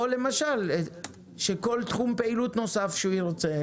או שכל תחום פעילות נוסף שהוא ירצה